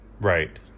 right